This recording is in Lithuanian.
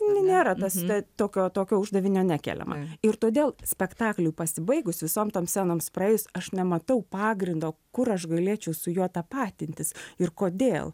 ne nėra tas ta tokio tokio uždavinio nekeliama ir todėl spektakliui pasibaigus visom tom scenoms praėjus aš nematau pagrindo kur aš galėčiau su juo tapatintis ir kodėl